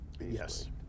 Yes